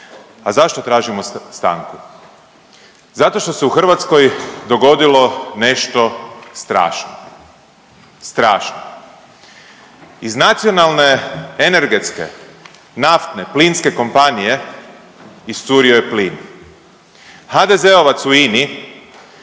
A zašto tražimo stanku? Zato što se u Hrvatskoj dogodilo nešto strašno. Strašno. Iz nacionalne energetske naftne plinske kompanije iscurio je plin. HDZ-ovac u INA-i